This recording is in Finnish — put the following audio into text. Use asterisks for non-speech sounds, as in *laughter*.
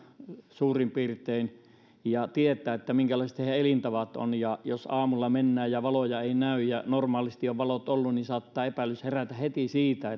suurin piirtein ja tietää minkälaiset heidän elintapansa ovat ja jos aamulla mennään ja valoja ei näy ja normaalisti on valot ollut tai johonkin muuhun liikkeeseen ei reagoida tai jotakin tämmöistä niin saattaa herätä heti epäilys siitä *unintelligible*